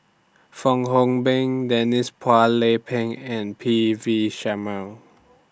Fong Hoe Beng Denise Phua Lay Peng and P V Sharma